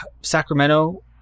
Sacramento